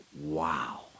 wow